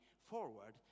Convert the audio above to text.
forward